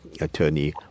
attorney